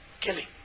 killing